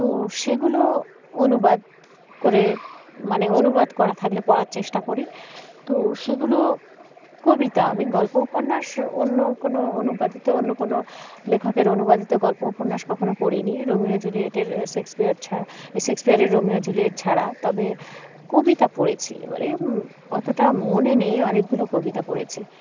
তো সেগুলো অনুবাদ করে মানে অনুবাদ করা থাকলে পড়ার চেষ্টা করি তো সেগুলো কবিতা আমি গল্প উপন্যাস অন্য কোনো অনুবাদিত অন্য কোনো লেখকের অনুবাদিত গল্প উপন্যাস কখনও পড়িনি রোমিও জুলিয়েটের শেক্সপিয়ার ছাড়া শেক্সপিয়ারের রোমিও জুলিয়েট ছাড়া তবে কবিতা পড়েছি এবারে অতটা মনে নেই অনেকগুলো কবিতা পড়েছি